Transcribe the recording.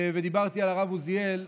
דיברתי על הרב עוזיאל,